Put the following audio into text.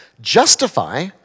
justify